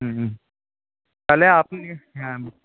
হুম তাহলে আপনি হ্যাঁ